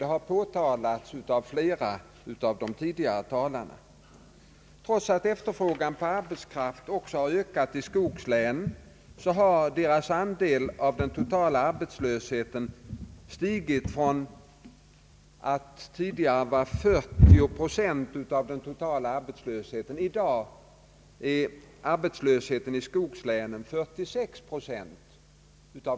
Det har påtalats av flera tidigare talare. Trots att efterfrågan på arbetskraft också har ökat i skogslänen har dessas andel av den totala arbetslösheten i landet stigit från 40 procent till 46.